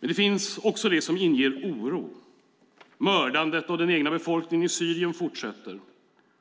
Men det finns också det som inger oro. Mördandet av den egna befolkningen i Syrien fortsätter.